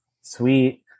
sweet